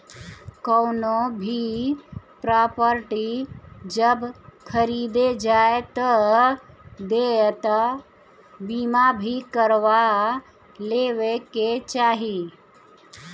कवनो भी प्रापर्टी जब खरीदे जाए तअ देयता बीमा भी करवा लेवे के चाही